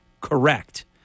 correct